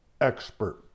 expert